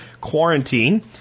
quarantine